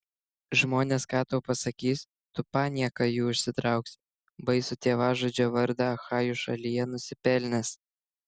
žmonės ką tau pasakys tu panieką jų užsitrauksi baisų tėvažudžio vardą achajų šalyje nusipelnęs